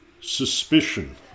suspicion